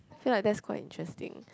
feel like that's quite interesting